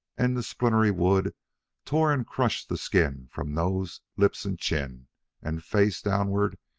and the splintery wood tore and crushed the skin from nose, lips, and chin and, face downward,